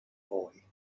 boy